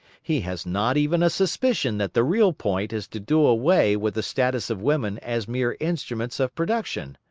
he has not even a suspicion that the real point is to do away with the status of women as mere instruments of production.